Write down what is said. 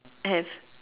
have